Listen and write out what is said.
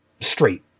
straight